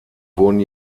wurden